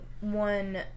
one